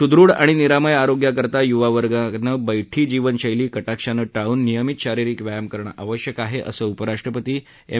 सुदूढ आणि निरामय आरोग्याकरता युवावर्गानं बैठी जीनवशैली कटाक्षानं टाळून नियमित शारिरीक व्यायाम करणं आवश्यक आहे असं उपराष्ट्रपती एम